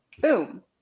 Boom